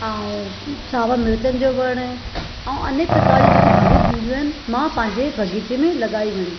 ऐं सावा मिर्चनि जो वणु ऐं अनेक प्रकार जी जेके भाॼियूं थींदीयूं आहिनि मां पंहिंजे बाग़ीचे में लॻायूं आहिनि